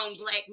black